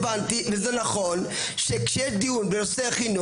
הבנתי וזה נכון שכשיש דיון בנושא חינוך